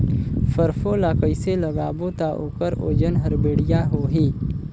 सरसो ला कइसे लगाबो ता ओकर ओजन हर बेडिया होही?